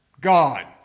God